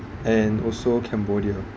and also cambodia